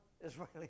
Israeli